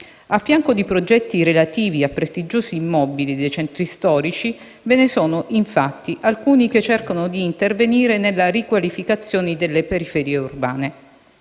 A fianco di progetti relativi a prestigiosi immobili dei centri storici, ve ne sono infatti alcuni che cercano di intervenire nella riqualificazione delle periferie urbane,